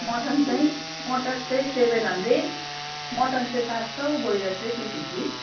mutton चाहिँ mutton चाहिँ seven hundred mutton चाहिँ सात सौ ब्रोयलर चाहिँ टु फिप्टी